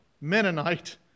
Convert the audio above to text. Mennonite